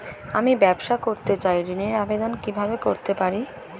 আমি ব্যবসা করতে চাই ঋণের আবেদন কিভাবে করতে পারি?